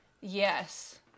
Yes